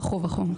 וכו' וכו'.